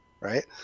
Right